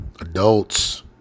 adults